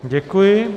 Děkuji.